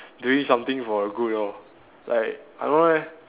doing something for the good lor like I don't know leh